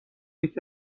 یکی